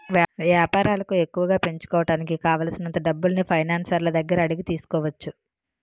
వేపారాలను ఎక్కువగా పెంచుకోడానికి కావాలిసినంత డబ్బుల్ని ఫైనాన్సర్ల దగ్గర అడిగి తీసుకోవచ్చు